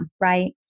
Right